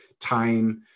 time